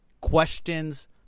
questions